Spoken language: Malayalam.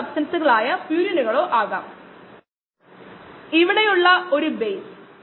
സബ്സ്ട്രേറ്റ്നും ഉൽപ്പന്ന സാന്ദ്രതയ്ക്കും ഓൺ ലൈൻ രീതികളുണ്ട്